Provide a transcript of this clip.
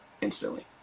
instantly